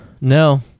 No